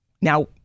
Now